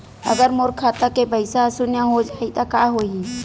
अगर मोर खाता के पईसा ह शून्य हो जाही त का होही?